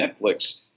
Netflix